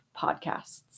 podcasts